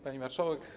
Pani Marszałek!